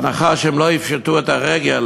בהנחה שהן לא יפשטו את הרגל